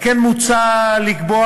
על כן מוצע לקבוע,